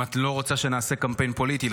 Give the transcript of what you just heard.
אם את לא רוצה שנעשה קמפיין פוליטי,